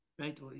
right